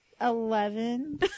Eleven